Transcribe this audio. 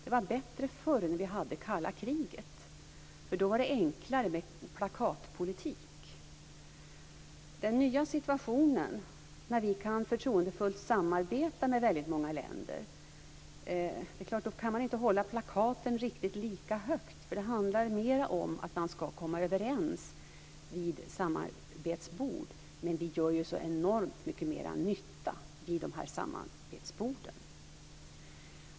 Det var bättre förr när vi hade kalla kriget. Då var det enklare med plakatpolitik. I den nya situationen, där vi förtroendefullt kan samarbeta med väldigt många länder, kan man inte hålla plakaten riktigt lika högt. Det handlar ju mer om att man skall komma överens vid samarbetsbord. Men vi gör ju så enormt mycket mer nytta vid de här samarbetsborden!